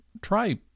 Try